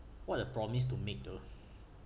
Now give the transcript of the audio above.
what a promise to make though